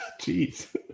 Jeez